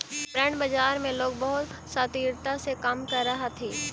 bond बाजार में लोग बहुत शातिरता से काम करऽ हथी